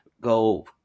go